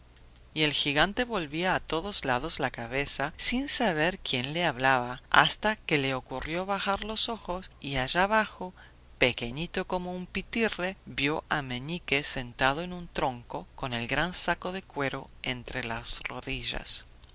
y el gigante volvía a todos lados la cabeza sin saber quién le hablaba hasta que le ocurrió bajar los ojos y allá abajo pequeñito como un pitirre vio a meñique sentado en un tronco con el gran saco de cuero entre las rodillas